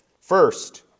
First